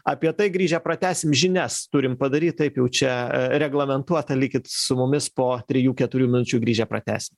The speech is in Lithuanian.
apie tai grįžę pratęsim žinias turim padaryt taip jau čia reglamentuota likit su mumis po trijų keturių minučių grįžę pratęsim